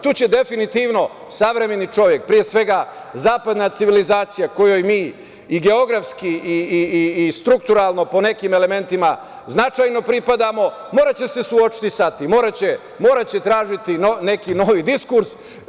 Tu će definitivno savremeni čovek, pre svega, zapadna civilizacija kojoj mi i geografski i strukturalno po nekim elementima značajno pripadamo, moraće se suočiti sa tim, moraće tražiti neki novi diskurs.